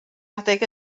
adeg